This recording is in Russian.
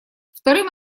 вторым